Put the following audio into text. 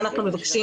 מה אנחנו מבקשים,